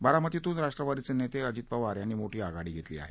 बारामतीतून राष्ट्रवादीचे नेते अजित पवार यांनी मोठी आघाडी घेतली आहे